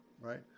right